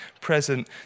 present